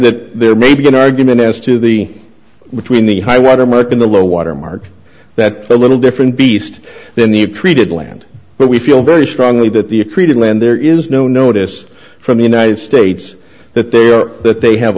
that there may be an argument has to be between the high water mark in the low water mark that a little different beast then the created land but we feel very strongly that the created land there is no notice from the united states that they are that they have